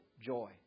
joy